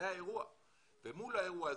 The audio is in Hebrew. זה האירוע ומול האירוע הזה,